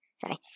sorry